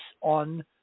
on